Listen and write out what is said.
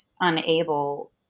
unable